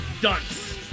dunce